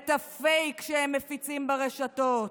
את הפייק שהם מפיצים ברשתות,